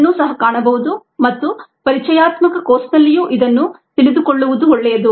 ಇದನ್ನು ಸಹ ಕಾಣಬಹುದು ಮತ್ತು ಪರಿಚಯಾತ್ಮಕ ಕೋರ್ಸ್ನಲ್ಲಿಯೂ ಇದನ್ನು ತಿಳಿದುಕೊಳ್ಳುವುದು ಒಳ್ಳೆಯದು